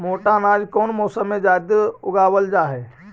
मोटा अनाज कौन मौसम में जादे उगावल जा हई?